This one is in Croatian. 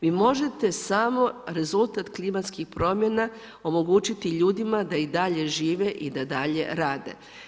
Vi možete samo rezultat klimatskih promjena omogućiti ljudima da i dalje žive i da dalje rade.